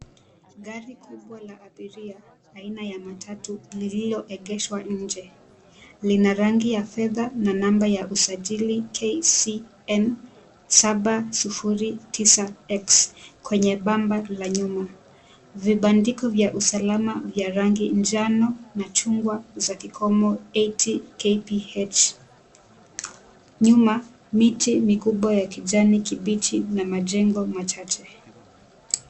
Gari kubwa la abiria aina ya matatu lililoegeshwa inje. Lina rangi ya fedha na namba ya usajili KCN 709X kwenye bamba la nyuma. Vibandiko vya usalama vya rangi njano na chungwa za kikomo 80 kph. Nyuma miti mikubwa ya kijani kibichi na majengo machache.